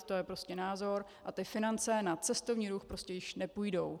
To je prostě názor a ty finance na cestovní ruch prostě již nepůjdou.